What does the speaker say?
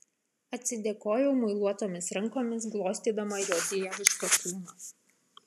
atsidėkojau muiluotomis rankomis glostydama jo dievišką kūną